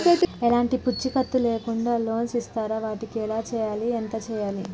ఎలాంటి పూచీకత్తు లేకుండా లోన్స్ ఇస్తారా వాటికి ఎలా చేయాలి ఎంత చేయాలి?